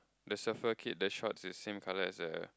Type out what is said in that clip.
the surfer kid the short is same colour as the